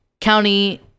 County